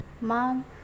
Mom